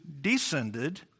descended